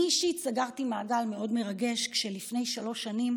אני אישית סגרתי מעגל מאוד מרגש כשלפני שלוש שנים